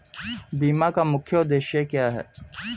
बीमा का मुख्य उद्देश्य क्या है?